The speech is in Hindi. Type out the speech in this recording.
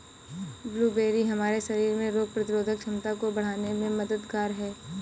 ब्लूबेरी हमारे शरीर में रोग प्रतिरोधक क्षमता को बढ़ाने में मददगार है